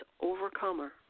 overcomer